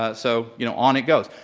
ah so, you know, on it goes.